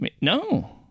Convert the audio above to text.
No